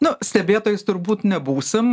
nu stebėtojais turbūt nebūsim